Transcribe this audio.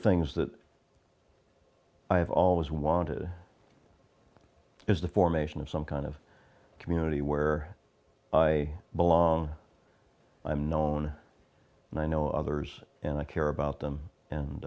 things that i've always wanted is the formation of some kind of community where i belong i'm known and i know others and i care about them